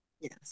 yes